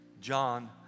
John